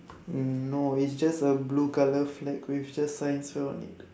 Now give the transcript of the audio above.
mm no it's just a blue colour flag with just science fair on it